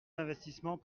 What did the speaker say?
d’investissements